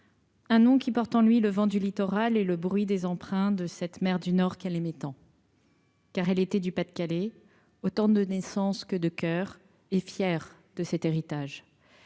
Un nom qu'il porte en lui le vent du littoral et le bruit des emprunts de cette mer du Nord, Calais-mettant. Car elle était du Pas-de-Calais autant de naissance que de coeur et fier de cet héritage